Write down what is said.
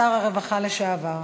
שר הרווחה לשעבר.